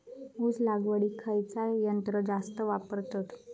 ऊस लावडीक खयचा यंत्र जास्त वापरतत?